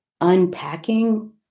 unpacking